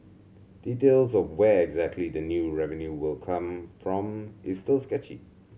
details of where exactly the new revenue will come from is still sketchy